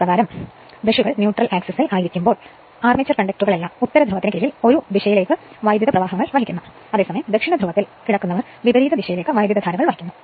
ഇപ്പോൾ ബ്രഷുകൾ ന്യൂട്രൽ ആക്സിസിൽ ആയിരിക്കുമ്പോൾ എല്ലാ അർമേച്ചർ കണ്ടക്ടറുകളും ഉത്തരധ്രുവത്തിന് കീഴിൽ ഒരു ദിശയിലേക്ക് വൈദ്യുത പ്രവാഹങ്ങൾ വഹിക്കുന്നു അതേസമയം ദക്ഷിണധ്രുവത്തിൽ കിടക്കുന്നവർ വിപരീത ദിശയിലേക്ക് വൈദ്യുതധാരകൾ വഹിക്കുന്നു